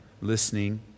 listening